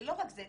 זה לא רק זה.